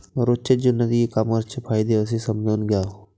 रोजच्या जीवनात ई कामर्सचे फायदे कसे समजून घ्याव?